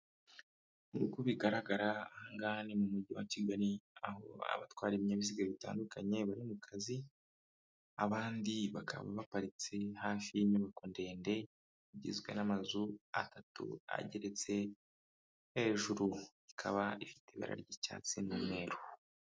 Nk'uko bigaragara aha ngaha ni mu mujyi wa Kigali, aho abatwara ibinyabiziga bitandukanye bari mu kazi. Abandi bakaba baparitse hafi y'inyubako ndende igizwe n'amazu atatu ageretse, hejuru ikaba ifite ibara ry'icyatsi n'umweru.